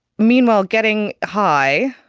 meanwhile, getting high,